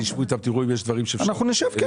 שתשבו איתם ותראו אם יש דברים שאפשר --- אנחנו נשב,